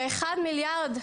ומיליארד,